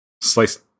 slice